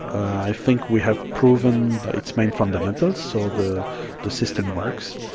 i think we have proven its main fundamentals, so the the system works.